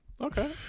okay